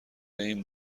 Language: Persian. این